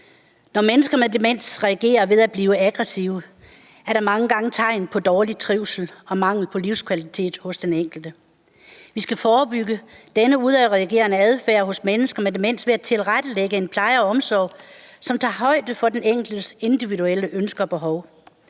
Når mennesker med demens reagerer ved at blive aggressive, er der mange gange tegn på dårlig trivsel og mangel på livskvalitet hos den enkelte. Vi skal forebygge denne udadreagerende adfærd hos mennesker med demens ved at tilrettelægge en pleje og omsorg, som tager højde for den enkeltes individuelle ønsker og behov,